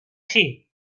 she